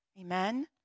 Amen